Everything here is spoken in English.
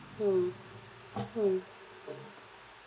mm hmm